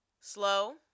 slow